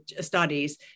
studies